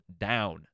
down